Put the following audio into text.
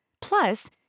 Plus